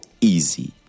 easy